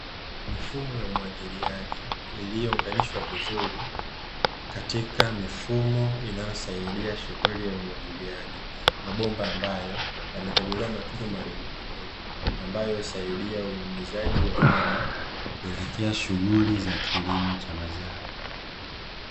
Mifumo ya umwagiliaji, iliyounganishwa vizuri katika mifumo inayosaidia shughuli ya umwagiliaji, mabomba ambayo yametobolewa matundu madogomadogo, ambayo husaidia unyunyizaji wa maji kuelekea shughuli za kilimo cha mazao.